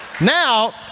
Now